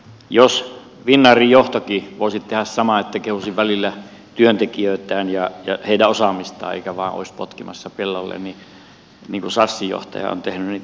jos finnairin johtokin voisi tehdä saman että kehuisi välillä työntekijöitään ja heidän osaamistaan eikä vain olisi potkimassa pellolle niin kuin sasn johtaja on tehnyt niin tämä olisi todella hienoa